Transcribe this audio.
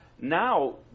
Now